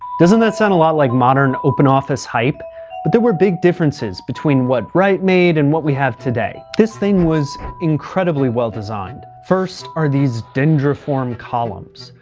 doesn't that sound a lot like modern open office hype? but there were big differences between what wright made and what we have today. this thing was incredibly well designed. first are these dendriform columns.